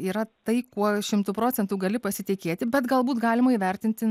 yra tai kuo šimtu procentų gali pasitikėti bet galbūt galima įvertinti